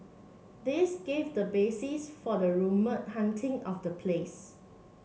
this gave the basis for the rumoured haunting of the place